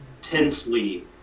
tensely